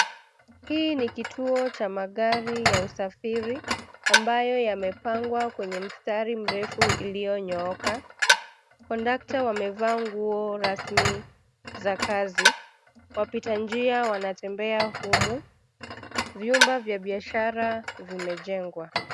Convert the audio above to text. Hii ni kituo cha magari ya usafiri ambayo yamepangwa kwenye mstari mrefu iliyonyooka, kondakta wamevaa nguo rasmi za kazi. Wapita njia wanatembea humu. Vyumba vya biashara vimejengwa.